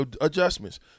adjustments